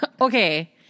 okay